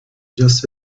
just